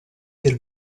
del